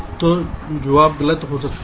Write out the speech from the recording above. तो जवाब गलत हो सकता है